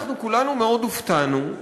אנחנו כולנו מאוד הופתענו,